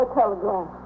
telegram